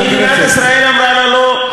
חבר הכנסת, מדינת ישראל אמרה לה לא?